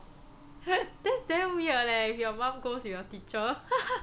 that's damn weird leh if your mum goes with your teacher